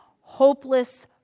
hopeless